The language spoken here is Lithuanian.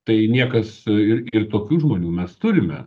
tai niekas ir ir tokių žmonių mes turime